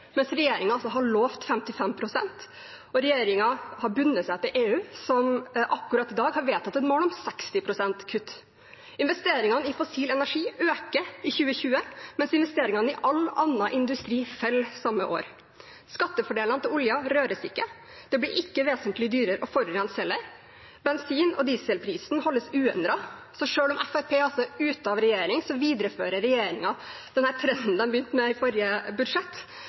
mens regjeringen altså har lovet 55 pst. Og regjeringen har bundet seg til EU, som akkurat i dag har vedtatt et mål om 60 pst. kutt. Investeringene i fossil energi øker i 2020, mens investeringene i all annen industri faller samme år. Skattefordelene til oljen røres ikke. Det blir ikke vesentlig dyrere å forurense heller. Bensin- og dieselprisen holdes uendret. Så selv om Fremskrittspartiet altså er ute av regjering, viderefører regjeringen den trenden de begynte med i forrige budsjett,